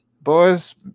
boys